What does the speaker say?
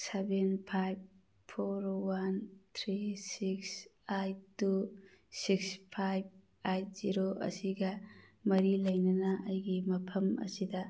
seven five four one three six eight two six five eight zero ꯑꯁꯤꯒ ꯃꯔꯤ ꯂꯩꯅꯅ ꯑꯩꯒꯤ ꯃꯐꯝ ꯑꯁꯤꯗ